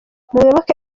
muyoboke